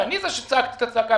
אני זה שצעקתי את הצעקה,